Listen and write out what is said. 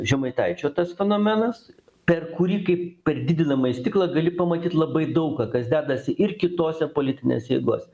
žemaitaičio tas fenomenas per kurį kaip per didinamąjį stiklą gali pamatyt labai daug ką kas dedasi ir kitose politinėse jėgose